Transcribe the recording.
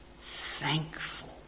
Thankful